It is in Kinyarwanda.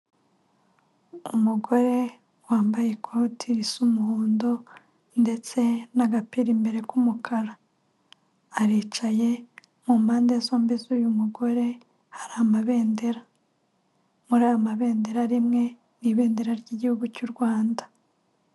Umugore wambaye ikoti risa umuhondo, ndetse n'agapira imbere k'umukara, aricaye ku mpande zombi z'uyu mugore hari amabendera, muri aya mabendera rimwe ni ibendera ry'igihugu cy'u Rwanda.